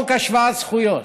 השוואת זכויות.